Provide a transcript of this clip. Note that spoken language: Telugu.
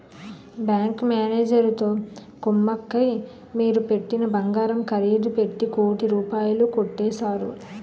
బ్యాంకు మేనేజరుతో కుమ్మక్కై మీరు పెట్టిన బంగారం ఖరీదు పెట్టి కోటి రూపాయలు కొట్టేశారు